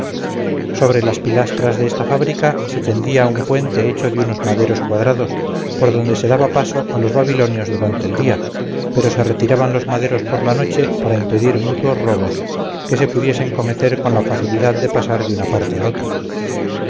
sobre las pilastras de esta fábrica se tendía un puente hecho de unos maderos cuadrados por donde se daba paso a los babilonios durante el día pero se retiraban los maderos por la noche para impedir mutuos robos que se pudiesen cometer con la facilidad de pasar de una parte a otra